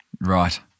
Right